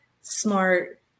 smart